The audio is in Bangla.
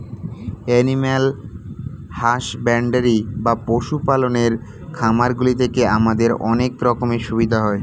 এনিম্যাল হাসব্যান্ডরি বা পশু পালনের খামারগুলি থেকে আমাদের অনেক রকমের সুবিধা হয়